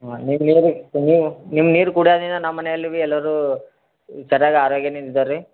ಹಾಂ ನೀವು ನಿಮ್ಮ ನೀರು ಕುಡಿಯೋದರಿಂದ ನಮ್ಮ ಮನೇಲ್ಲಿ ಬೀ ಎಲ್ಲರೂ ಚೆನ್ನಾಗಿ ಆರೋಗ್ಯದಿಂದ ಇದಾರೆ ರೀ